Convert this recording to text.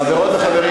חברות וחברים,